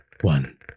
One